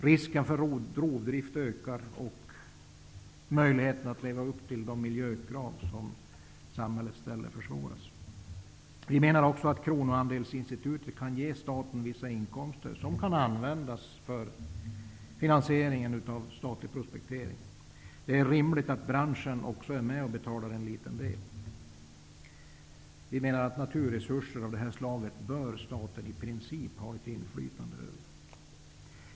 Risken för rovdrift ökar, och möjligheterna att leva upp till de miljökrav som samhället ställer försvåras. Vi i Vänsterpartiet menar att kronoandelsinstitutet kan ge staten vissa inkomster som kan användas för finansiering av statlig prospektering. Det är rimligt att branschen också är med och betalar en liten del. Vi menar att staten, i princip, bör ha ett inflytande över naturresurser av det slaget.